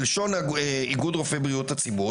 בלשון איגוד רופאי בריאות הציבור,